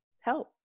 Help